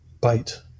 bite